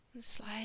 slide